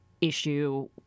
issue